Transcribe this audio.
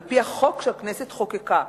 על-פי החוק שהכנסת חוקקה.